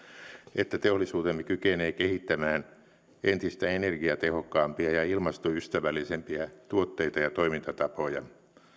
että teollisuutemme kykenee kehittämään entistä energiatehokkaampia ja ilmastoystävällisempiä tuotteita ja toimintatapoja